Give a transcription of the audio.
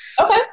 okay